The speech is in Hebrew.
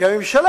כי הממשלה